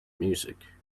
music